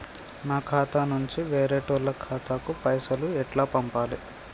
నా ఖాతా నుంచి వేరేటోళ్ల ఖాతాకు పైసలు ఎట్ల పంపాలే?